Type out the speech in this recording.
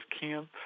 camp